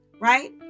right